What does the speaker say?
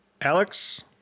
Alex